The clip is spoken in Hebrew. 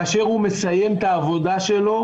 כאשר הוא מסיים את העבודה שלו,